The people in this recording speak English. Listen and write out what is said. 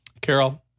Carol